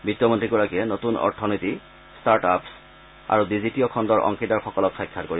বিত্তমন্ত্ৰীগৰাকীয়ে নতুন অথনীতি startups আৰু ডিজিটীয় খণ্ডৰ অংশীদাৰসকলক সাক্ষাৎ কৰিব